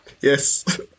Yes